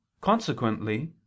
Consequently